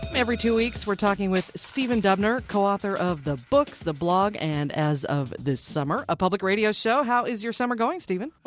every two weeks, we're talking with stephen dubner, co-author of the books, the blog and as of this summer, a public radio show. how is your summer going, stephen?